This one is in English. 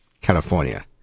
California